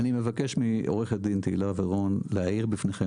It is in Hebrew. אני מבקש מעורכת הדין תהילה ורון להאיר בפניכם